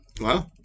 Wow